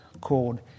called